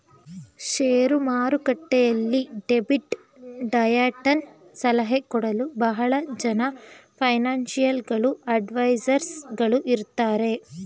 share ಮಾರುಕಟ್ಟೆಯಲ್ಲಿ debit ಡಯಟನ ಸಲಹೆ ಕೊಡಲು ಬಹಳ ಜನ ಫೈನಾನ್ಸಿಯಲ್ ಗಳು ಅಡ್ವೈಸರ್ಸ್ ಗಳು ಇರುತ್ತಾರೆ